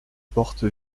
porte